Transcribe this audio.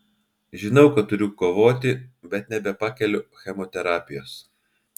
žinau kad turiu kovoti bet nebepakeliu chemoterapijos